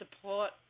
support